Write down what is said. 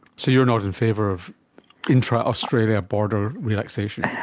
so you're not in favour of intra-australia border relaxation?